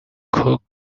cock